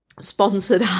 sponsored